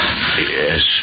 Yes